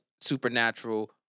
supernatural